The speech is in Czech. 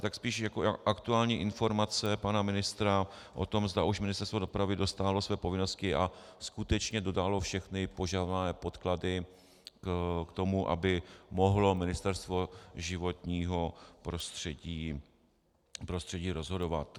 Tak spíš jako aktuální informace pana ministra o tom, zda už Ministerstvo dopravy dostálo své povinnosti a skutečně dodalo všechny požadované podklady k tomu, aby mohlo Ministerstvo životního prostředí rozhodovat.